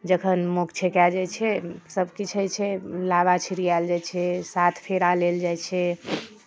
जखन मौक छेकाए जाइ छै सभकिछु होइ छै लावा छिड़ियाएल जाइ छै सात फेरा लेल जाइ छै